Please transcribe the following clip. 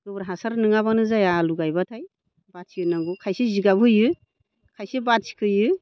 गोबोर हासार नोङाबानो जाया आलु गायबाथाय बाथि होनांगौ खायसे जिगाब होयो खायसे बाथि खोयो